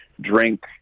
drink